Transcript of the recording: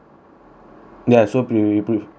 ya so we pref~ ya